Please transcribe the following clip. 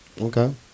Okay